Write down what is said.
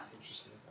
Interesting